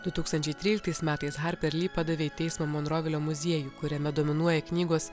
du tūkstančiai tryliktais metais harper ly padavė į teismą monrovilio muziejų kuriame dominuoja knygos